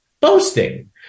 boasting